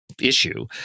issue